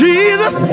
Jesus